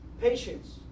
patience